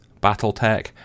Battletech